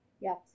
Yes